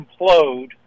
implode